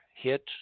hit